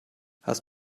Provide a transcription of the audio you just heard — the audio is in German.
hast